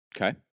Okay